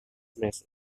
mesos